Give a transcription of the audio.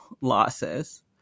losses